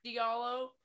Diallo